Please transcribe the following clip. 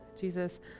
Jesus